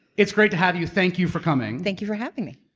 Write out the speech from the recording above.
it's great to have you, thank you for coming. thank you for having me.